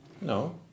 No